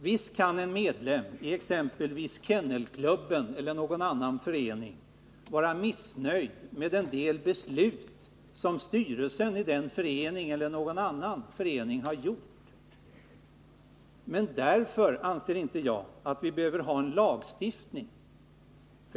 Visst kan en medlem i Kennelklubben eller någon annan förening vara missnöjd med en del beslut som styrelsen i föreningen har fattat. Men därför anser inte jag att vi behöver ha en lagstiftning.